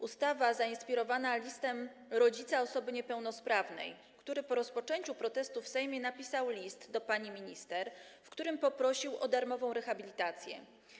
Ustawa zainspirowana przez rodzica osoby niepełnosprawnej, który po rozpoczęciu protestu w Sejmie napisał list do pani minister, w którym poprosił o darmową rehabilitację.